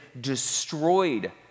destroyed